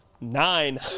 Nine